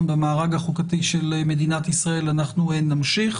במארג החוקתי של מדינת ישראל אנחנו נמשיך